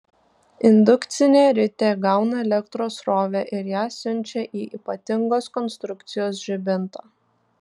indukcinė ritė gauna elektros srovę ir ją siunčia į ypatingos konstrukcijos žibintą